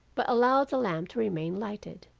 but allowed the lamp to remain lighted,